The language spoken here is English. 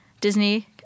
Disney